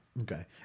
Okay